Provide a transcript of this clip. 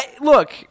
Look